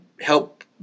help